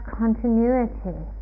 continuity